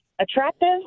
Attractive